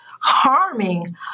harming